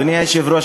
אדוני היושב-ראש,